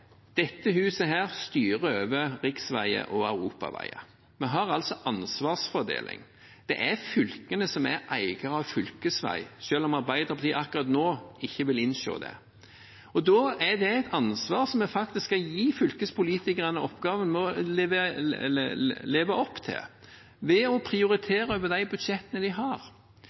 Dette huset styrer over riksveier og europaveier. Vi har en ansvarsfordeling. Det er fylkene som er eiere av fylkesveier, selv om Arbeiderpartiet akkurat nå ikke vil innse det. Det er et ansvar som vi skal gi fylkespolitikerne oppgaven å leve opp til, ved å prioritere i de budsjettene de har.